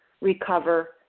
recover